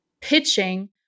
pitching